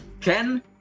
Ken